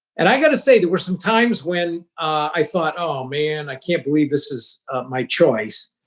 and i got to say, there were sometimes when i thought, oh, man. i can't believe this is my choice.